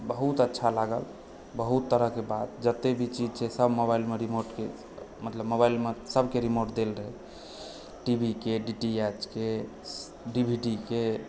बहुत अच्छा लागल बहुत तरहकेँ बात जते भी चीज छै सब मोबाइलमे रिमोटके मतलब मोबाइलमे सबके रिमोट देल रहल छै टीवीके डीटीएचके डीभीडीके